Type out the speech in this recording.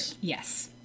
Yes